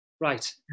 right